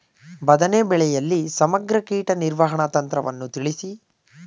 ಬದನೆ ಬೆಳೆಯಲ್ಲಿ ಸಮಗ್ರ ಕೀಟ ನಿರ್ವಹಣಾ ತಂತ್ರವನ್ನು ತಿಳಿಸಿ?